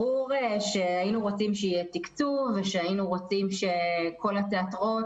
ברור שהיינו רוצים שיהיה תקצוב והיינו רוצים שכל התיאטראות,